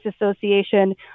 Association